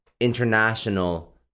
international